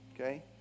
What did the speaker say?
okay